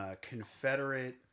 Confederate